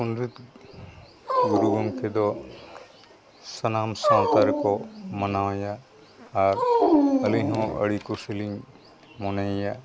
ᱯᱚᱱᱰᱤᱛ ᱜᱩᱨᱩ ᱜᱚᱢᱠᱮ ᱫᱚ ᱥᱟᱱᱟᱢ ᱥᱟᱱᱛᱟᱲ ᱠᱚ ᱢᱟᱱᱟᱣᱮᱭᱟ ᱟᱨ ᱟᱹᱞᱤᱧ ᱦᱚᱸ ᱟᱹᱰᱤ ᱠᱩᱥᱤᱞᱤᱧ ᱢᱚᱱᱮᱭᱮᱭᱟ